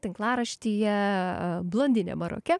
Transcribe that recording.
tinklaraštyje blondinė maroke